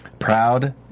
Proud